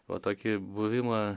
va tokį buvimą